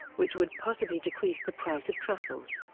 which would possibly decrease the price of truffles.